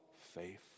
faith